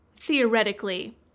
theoretically